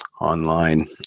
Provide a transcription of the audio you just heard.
online